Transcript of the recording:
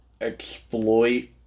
exploit